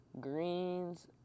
greens